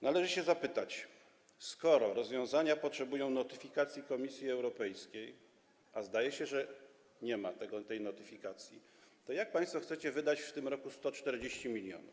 Należy zapytać: Skoro rozwiązania potrzebują notyfikacji Komisji Europejskiej, a zdaje się, że nie ma tej notyfikacji, to jak państwo chcecie wydać w tym roku 140 mln?